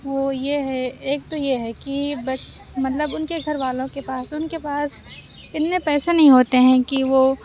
وہ یہ ہے ایک تو یہ ہے کہ بچ مطلب اُن کے گھر والوں کے پاس اُن کے پاس اتنے پیسے نہیں ہوتے ہیں کہ وہ